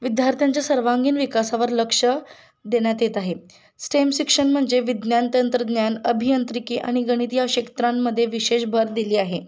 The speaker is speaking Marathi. विद्यार्थ्यांच्या सर्वांगीण विकासावर लक्ष देण्यात येत आहे स्टेम शिक्षण म्हणजे विज्ञान तंत्रज्ञान अभियांत्रिकी आणि गणित या क्षेत्रांमध्ये विशेष भर दिली आहे